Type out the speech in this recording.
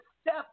step